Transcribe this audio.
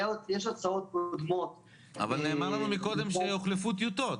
יש הוצאות --- אבל נאמר לנו מקודם שהוחלפו טיוטות.